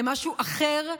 זה משהו אחר,